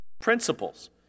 principles